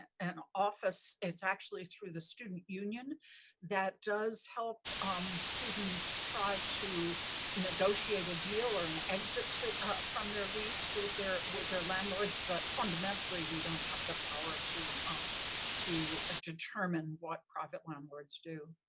an office that's actually through the student union that does help um students try to negotiate a deal or an exit from their lease with their with their landlords. but fundamentally, we don't have the power to um to determine what private landlords do.